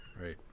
Right